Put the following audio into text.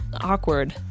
awkward